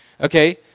Okay